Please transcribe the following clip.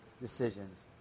decisions